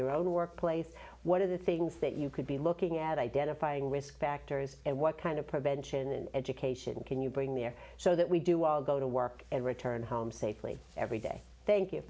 your own workplace what are the things that you could be looking at identifying risk factors and what kind of prevention and education can you bring the air so that we do all go to work and return home safely every day thank